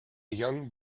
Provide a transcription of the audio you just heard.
young